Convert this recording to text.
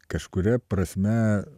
kažkuria prasme